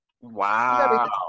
Wow